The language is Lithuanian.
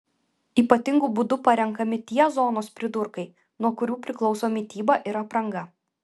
ypatingu būdu parenkami tie zonos pridurkai nuo kurių priklauso mityba ir apranga